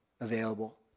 available